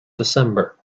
december